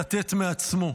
לתת מעצמו.